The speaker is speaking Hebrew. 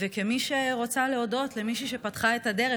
וכמי שרוצה להודות למישהי שפתחה את הדרך,